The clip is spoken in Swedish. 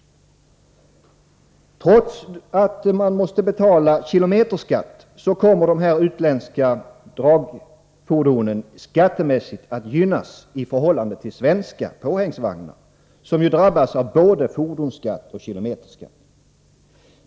Trots att kilometerskatt måste betalas kommer de då att skattemässigt gynnas i förhållande till svenska påhängsvagnar, som ju drabbas av både fordonsskatt och kilometerskatt.